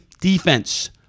defense